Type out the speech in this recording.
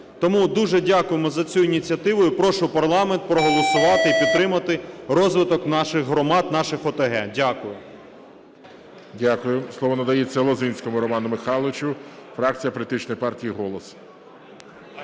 Тому дуже дякуємо за цю ініціативу. І прошу парламент проголосувати і підтримати розвиток наших громад, наших ОТГ. Дякую. ГОЛОВУЮЧИЙ. Дякую. Слово надається Лозинському Роману Михайловичу, фракція політичної партії "Голос".